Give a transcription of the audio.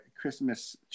Christmas